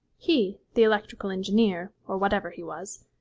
he, the electrical engineer, or whatever he was,